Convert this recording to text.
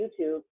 YouTube